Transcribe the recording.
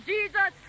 Jesus